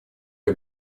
для